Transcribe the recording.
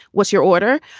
what's your order?